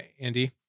Andy